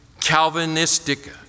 Calvinistic